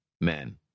Men